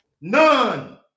None